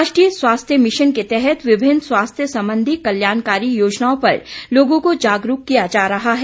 राष्ट्रीय स्वास्थ्य मिशन के तहत विभिन्न स्वास्थ्य संबंधी कल्याणकारी योजनाओं पर लोगों को जागरूक किया जा रहा है